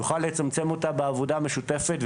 נוכל לצמצם אותה בעבודה משותפת,